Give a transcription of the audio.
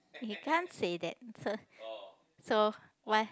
you can't say that so why